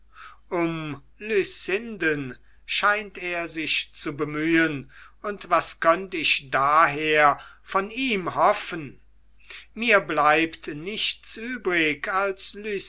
scheint er sich zu bemühen und was könnte ich daher von ihm hoffen mir bleibt nichts übrig als